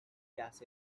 gas